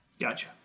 Gotcha